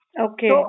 Okay